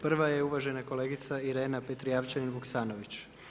Prva je uvažena kolegica Irena Petrijevčanin Vukasanović.